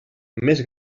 més